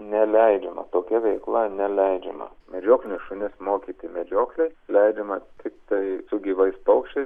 neleidžiama tokia veikla neleidžiama medžioklinius šunis mokyti medžioklei leidžiama tiktai su gyvais paukščiais